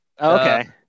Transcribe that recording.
okay